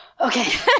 Okay